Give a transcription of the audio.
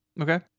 Okay